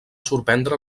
sorprendre